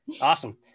Awesome